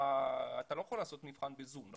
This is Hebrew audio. אתה לא יכול לעשות מבחן בזום.